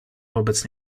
wobec